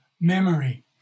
memory